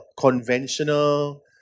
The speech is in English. conventional